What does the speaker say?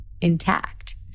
intact